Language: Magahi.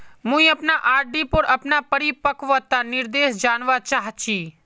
मुई अपना आर.डी पोर अपना परिपक्वता निर्देश जानवा चहची